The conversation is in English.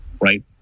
right